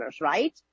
right